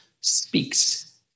speaks